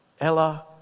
Ella